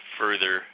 further